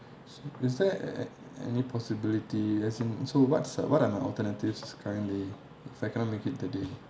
so is there an~ any possibility as in so what's uh what are the alternatives currently if I cannot make it the day